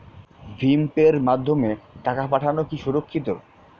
ভিম পের মাধ্যমে টাকা পাঠানো কি সুরক্ষিত?